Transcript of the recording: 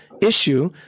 issue